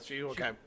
okay